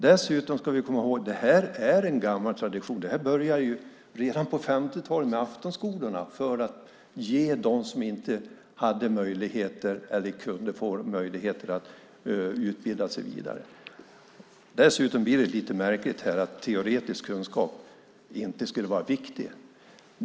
Dessutom ska vi komma ihåg att detta är en gammal tradition. Detta började redan på 50-talet med aftonskolorna för att man skulle ge möjligheter till dem som inte kunde vidareutbilda sig på annat sätt. Det blir dessutom lite märkligt här när det gäller att teoretiska kunskaper inte skulle vara viktiga.